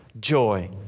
joy